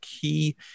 key